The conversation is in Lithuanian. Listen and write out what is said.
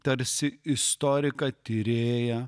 tarsi istoriką tyrėją